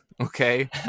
okay